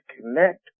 connect